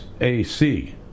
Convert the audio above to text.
AC